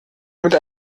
mit